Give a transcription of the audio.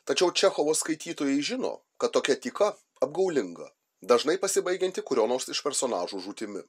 tačiau čechovo skaitytojai žino kad tokia tyka apgaulinga dažnai pasibaigianti kurio nors iš personažų žūtimi